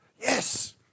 Yes